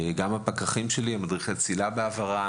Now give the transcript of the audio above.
המפקחים שלי הם מדריכי צלילה בעברם.